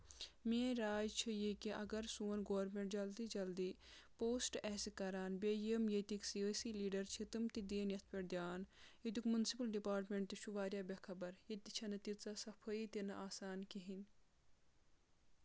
میٲنۍ راج چھُ یہِ کہِ اَگر سون گورمینٹ جلدی جلدی پوسٹ آسہِ کران بیٚیہِ یِم ییٚتِکۍ سِیٲسی لیٖڈَر چھِ تٔمۍ تہِ دِیِنۍ یَتھ پٮ۪ٹھ دِیان ییٚتیُک مُنسِپٔل ڈِپارٹمینٹ تہِ چھُ واریاہ بے خَبر ییٚتہِ چھےٚ نہٕ تیٖژاہ صَفٲٮٔی تہِ نہٕ آسان کِہیٖنۍ نہٕ